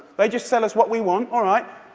they just sell us what we want. all right.